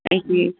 ꯑꯩꯁꯤ